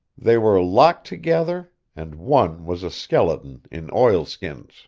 they were locked together, and one was a skeleton in oilskins.